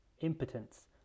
impotence